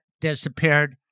disappeared